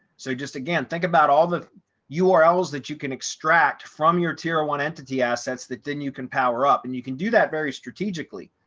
so just again, think about all the ah urls that you can extract from your tier one entity assets that then you can power up and you can do that very strategically.